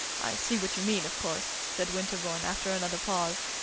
i see what you mean, of course, said winterbourne after another pause.